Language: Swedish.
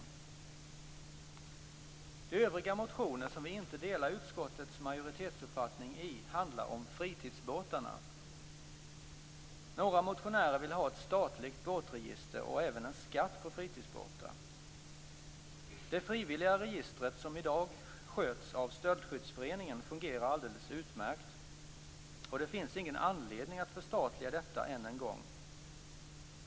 De övriga motioner som vi inte delar utskottets majoritetsuppfattning om handlar om fritidsbåtarna. Några motionärer vill ha ett statligt båtregister och även en skatt på fritidsbåtar. Det frivilliga registret, som i dag sköts av Stöldskyddsföreningen, fungerar alldeles utmärkt, och det finns ingen anledning att förstatliga detta än en gång.